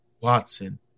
Watson